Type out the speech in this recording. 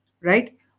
Right